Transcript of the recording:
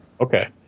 Okay